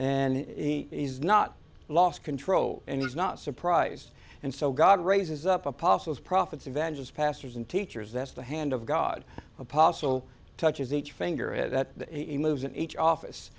and he's not lost control and he's not surprised and so god raises up apostles prophets of vengeance pastors and teachers that's the hand of god apostle touches each finger it that he moves in each office